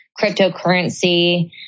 cryptocurrency